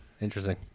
interesting